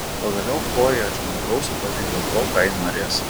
pagaliau chlojei aš nedrausiu pažinti to ką ji norės